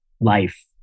life